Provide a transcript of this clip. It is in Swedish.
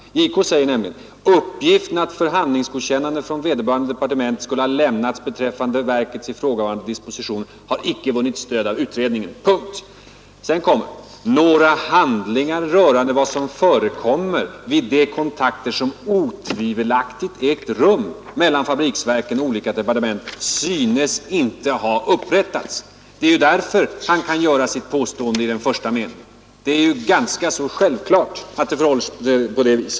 JK säger nämligen: ”Uppgiften att förhandsgodkännande från vederbörande departement skulle ha lämnats beträffande verkets ifrågavarande dispositioner har icke vunnit stöd av utredningen.” Sedan kommer: ”Några handlingar rörande vad som förekommit vid de kontakter som otvivelaktigt ägt rum mellan FFV och olika departement synes inte ha upprättats.” Det är ju därför JK kan göra sitt påstående i den första meningen. Att det förhåller sig på det viset är ganska självklart.